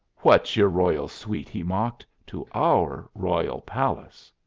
what's your royal suite, he mocked, to our royal palace?